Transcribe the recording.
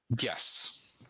Yes